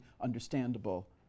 understandable